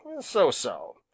So-so